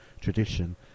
tradition